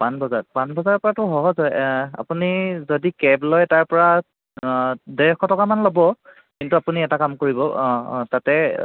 পাণবজাৰত পাণবজাৰৰ পৰাতো সহজ হয় আপুনি যদি কেব লয় তাৰপৰা দেৰশ টকামান ল'ব কিন্তু আপুনি এটা কাম কৰিব অঁ অঁ তাতে